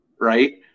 right